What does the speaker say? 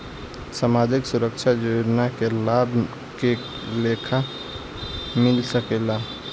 सामाजिक सुरक्षा योजना के लाभ के लेखा मिल सके ला?